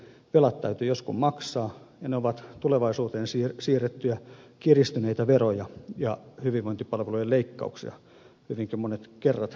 velat täytyy joskus maksaa ne ovat tulevaisuuteen siirrettyjä kiristyneitä veroja ja hyvinvointipalvelujen leikkauksia hyvinkin monet kerrat